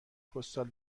پستال